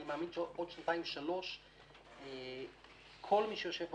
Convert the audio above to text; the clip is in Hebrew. אני מאמין שעוד שנתיים שלוש כל מי שיושב פה